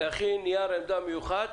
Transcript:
להכין נייר עמדה מיוחד